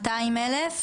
200,000?